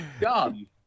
Done